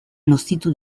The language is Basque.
nozitu